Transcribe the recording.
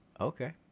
Okay